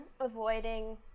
avoiding